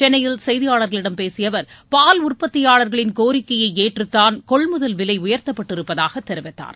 சென்னையில் செய்தியாளர்களிடம் பேசிய அவர் பால் உற்பத்தியாளர்களின் கோரிக்கைய ஏற்றுத்தான் கொள்முதல் விலை உயர்த்தப்பட்டிருப்பதாக தெரிவித்தார்